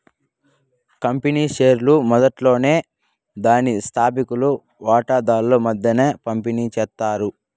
company షేర్లు మొదట్లోనే దాని స్తాపకులు వాటాదార్ల మద్దేన పంపిణీ చేస్తారు